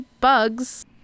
bugs